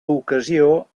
ocasió